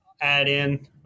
add-in